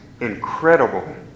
incredible